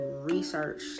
research